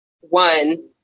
one